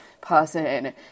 person